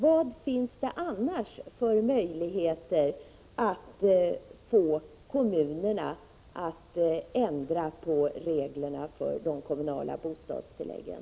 Vad finns det annars för möjligheter att få kommunerna att ändra på reglerna för de kommunala bostadstilläggen?